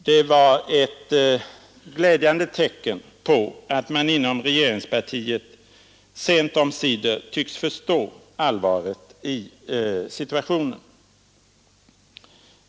Det var ett glädjande tecken på att man inom regeringspartiet sent omsider tycks förstå allvaret i situationen.